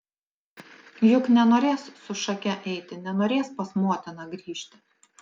juk nenorės su šake eiti nenorės pas motiną grįžti